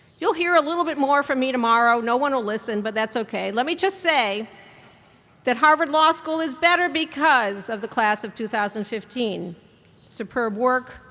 you'll hear a little bit more from me tomorrow. no one will listen, but that's ok. let me just say that harvard law school is better because of the class of two thousand and fifteen superb work,